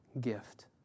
gift